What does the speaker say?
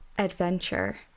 Adventure